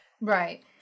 Right